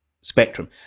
spectrum